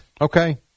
Okay